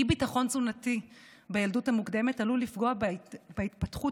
אי-ביטחון תזונתי בילדות המוקדמת עלול "לפגום בהתפתחות